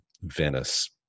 venice